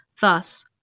Thus